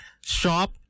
shop